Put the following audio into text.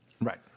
Right